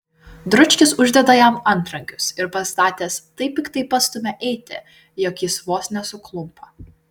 dručkis uždeda jam antrankius ir pastatęs taip piktai pastumia eiti jog jis vos nesuklumpa